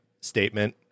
statement